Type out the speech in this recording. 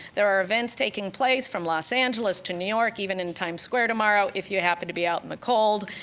there are events taking place from los angeles to new york, even in times square tomorrow, if you happen to be out in the cold,